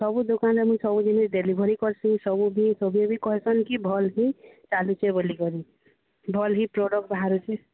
ସବୁ ଦୋକାନରେ ମୁଇଁ ସବୁ ଜିନିଷ ଡେଲିଭରି କର୍ସି ସବୁ ବି ସଭିଏଁ ବି କହେସନ୍ କି ଭଲ ହିଁ ଚାଲୁଛେ ବୋଲିକରି ଭଲ୍ ବି ପ୍ରଡ଼କ୍ଟ ବାହାରୁଛି